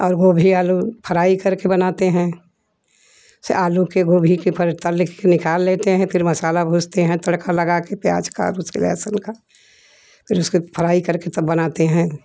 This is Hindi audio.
और गोभी आलू फ्राई करके बनाते हैं से आलू के गोभी के परता लेके निकाल लेते हैं फिर मसाला भूजते हैं तरका लगाके प्याज का उसके लहसुन का उसके फ्राई करके तब बनाते हैं